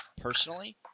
personally